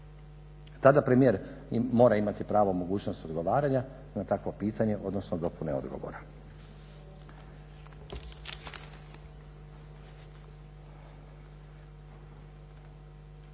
Tada premijer mora imati pravo, mogućnost odgovaranja na takvo pitanje, odnosno dopune odgovora.